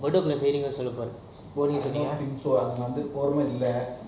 சொல்ல போறான்:solla poran